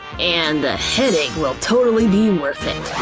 and the headache will totally be worth it.